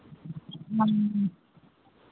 हँ